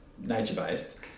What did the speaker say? nature-based